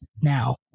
now